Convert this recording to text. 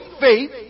faith